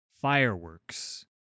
Fireworks